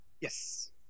Yes